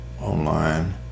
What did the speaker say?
online